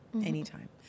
anytime